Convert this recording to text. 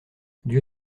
dieu